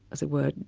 as it were,